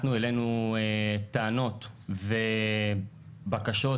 אנחנו העלינו טענות ובקשות